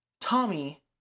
Tommy